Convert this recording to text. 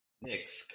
next